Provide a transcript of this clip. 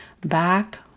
back